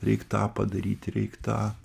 reik tą padaryti reik tą